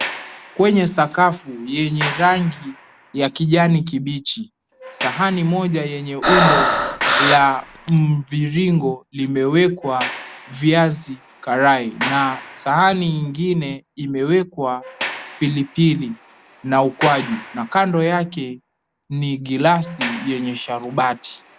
Kwenye sakafu yenye rangi ya kijani kibichi, sahani moja yenye umbo la mviringo limewekwa viazi karai, na sahani ingine imewekwa pilipili na ukwaju na kando yake, ni glasi yenye sharubati.